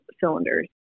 cylinders